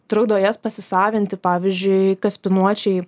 trukdo jas pasisavinti pavyzdžiui kaspinuočiai